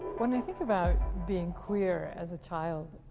when i think about being queer as a child,